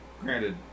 Granted